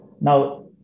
Now